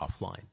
offline